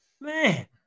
Man